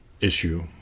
issue